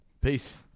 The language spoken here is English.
Peace